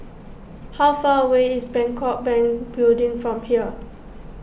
how far away is Bangkok Bank Building from here